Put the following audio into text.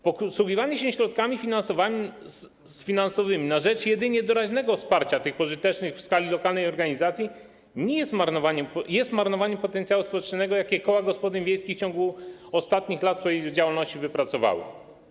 Posługiwanie się środkami finansowymi na rzecz jedynie doraźnego wsparcia tych pożytecznych w skali lokalnej organizacji jest marnowaniem potencjału społecznego, jaki koła gospodyń wiejskich w ciągu ostatnich lat swojej działalności wypracowały.